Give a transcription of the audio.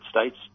States